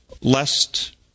lest